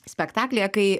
spektaklyje kai